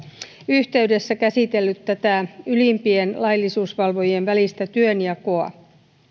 yhteydessä käsitellyt tätä ylimpien laillisuusvalvojien välistä työnjakoa